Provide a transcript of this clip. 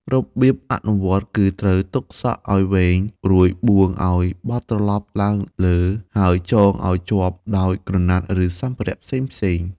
របៀបអនុវត្តគឺត្រូវទុកសក់ឲ្យវែង រួចបួងឬបត់ត្រឡប់ឡើងលើ ហើយចងឲ្យជាប់ដោយក្រណាត់ ឬសម្ភារៈផ្សេងៗ។